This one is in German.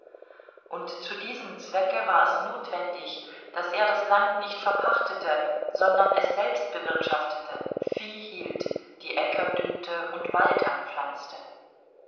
und zu diesem zwecke war es notwendig daß er das land nicht verpachtete sondern es selbst bewirtschaftete vieh hielt die äcker düngte und wald anpflanzte